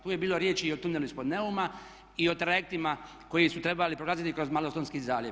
Tu je bilo riječi i o tunelu ispod Neuma i o trajektima koji su trebali prolaziti kroz Malostonski zaljev.